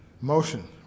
motion